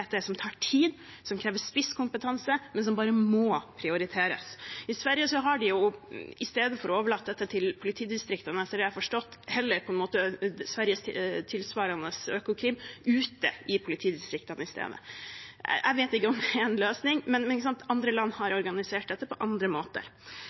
som tar tid, som krever spisskompetanse, men som bare må prioriteres? I Sverige har de i stedet for å overlate dette til politidistriktene – etter det jeg har forstått – det som tilsvarer Økokrim, ute i politidistriktene. Jeg vet ikke om det er en løsning. Men andre land har organisert dette på andre